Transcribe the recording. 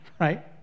Right